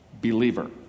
believer